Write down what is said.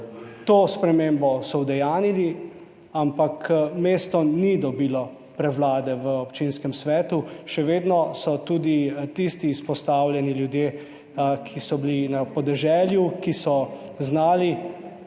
To spremembo so udejanjili, ampak mesto ni dobilo prevlade v občinskem svetu. Še vedno so tudi tisti izpostavljeni ljudje, ki so bili na podeželju, ki so znali